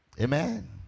Amen